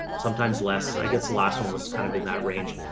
sometimes less, i guess the last one was kind of in that range.